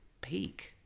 peak